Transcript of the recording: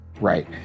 Right